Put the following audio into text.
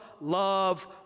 love